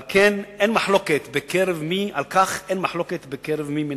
על כך אין מחלוקת בקרב מי מהמומחים.